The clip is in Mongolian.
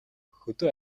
хөдөө